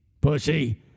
pussy